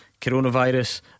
Coronavirus